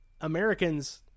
Americans